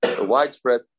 widespread